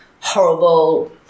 horrible